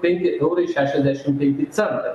penki eurai šešiasdešimt penki centai